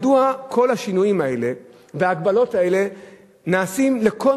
מדוע כל השינויים האלה וההגבלות האלה נעשים לכל